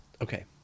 okay